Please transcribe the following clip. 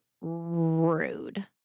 rude